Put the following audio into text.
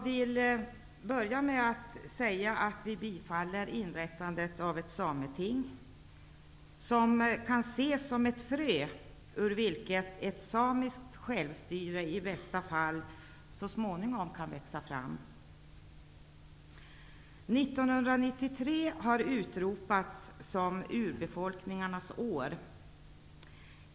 Vi tillstyrker inrättandet av ett Sameting. Det kan ses som ett frö ur vilket ett samiskt självstyre i bästa fall så småningom kan växa fram. År 1993 har utropats som urbefolkningarnas år.